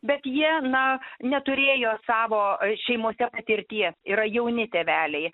bet jie na neturėjo savo šeimose patirties yra jauni tėveliai